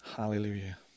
hallelujah